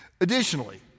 Additionally